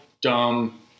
dumb